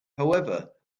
however